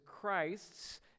Christ's